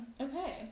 Okay